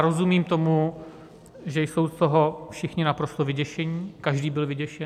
Rozumím tomu, že jsou z toho všichni naprosto vyděšeni, každý byl vyděšený.